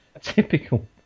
Typical